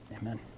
Amen